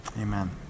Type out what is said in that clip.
Amen